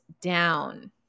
down